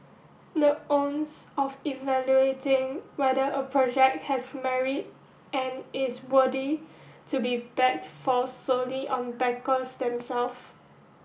the onus of evaluating whether a project has merit and is worthy to be backed falls solely on backers them self